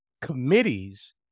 committees